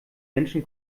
menschen